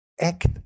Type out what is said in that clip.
act